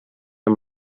amb